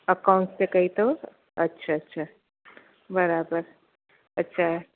accounts में कई अथव अच्छा अच्छा बराबरि अच्छा